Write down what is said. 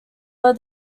were